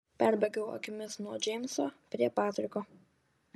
perbėgau akimis nuo džeimso prie patriko